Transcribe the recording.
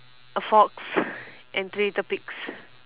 a fox and three little pigs